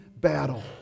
battle